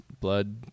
Blood